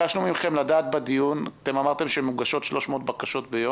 בדיון אמרתם שמוגשות 300 בקשות ביום.